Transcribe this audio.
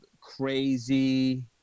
crazy